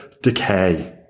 decay